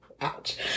ouch